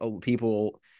people